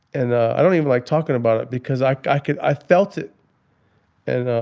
and i don't even like talking about it because i i could, i felt it and,